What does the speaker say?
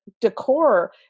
decor